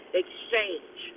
exchange